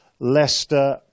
Leicester